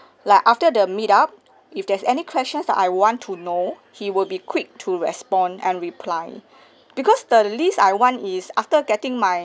like after the meet up if there's any questions I want to know he will be quick to respond and reply because the least I want is after getting my